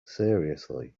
seriously